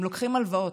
הם לוקחים הלוואות.